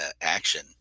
action